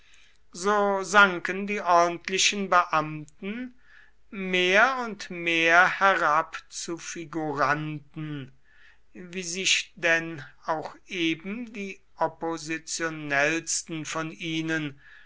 so sanken die ordentlichen beamten mehr und mehr herab zu figuranten wie sich denn auch eben die oppositionellsten von ihnen